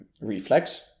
reflex